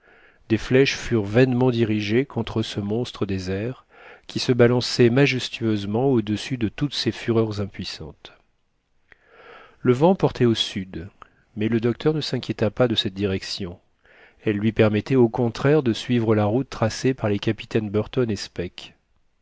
des flèches furent vainement dirigées contre ce monstre des airs qui se balançait majestueusement au-dessus de toutes ces fureurs impuissantes le vent portait au sud mais le docteur ne s'inquiéta pas de cette direction elle lui permettait au contraire de suivre la route tracée par les capitaines burton et speke